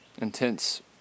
intense